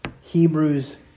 Hebrews